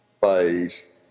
phase